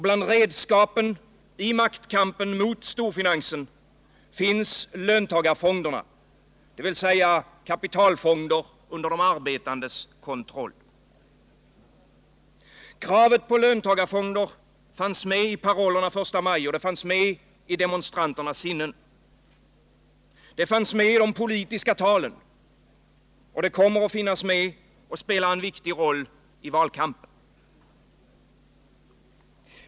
Bland redskapen i maktkampen mot storfinansen finns löntagarfonderna, dvs. kapitalfonder under de arbetandes kontroll. Kravet på löntagarfonder fanns med i parollerna första maj. Det fanns med i demonstranternas sinnen, det fanns med i de politiska talen, och det kommer att finnas med och spela en viktig roll i valkampen.